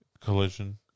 Collision